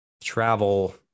travel